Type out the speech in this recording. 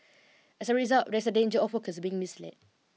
as a result there's a danger of workers being misled